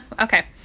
okay